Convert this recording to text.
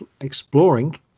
exploring